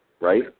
right